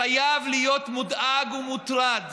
חייב להיות מודאג ומוטרד